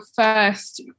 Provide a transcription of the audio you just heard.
first